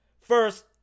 first